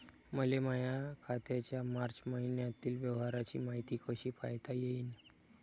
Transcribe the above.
मले माया खात्याच्या मार्च मईन्यातील व्यवहाराची मायती कशी पायता येईन?